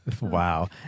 Wow